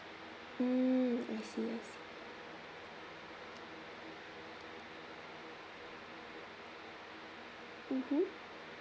mm I see I see mmhmm